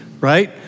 right